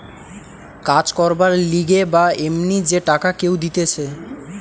কাজ করবার লিগে বা এমনি যে টাকা কেউ দিতেছে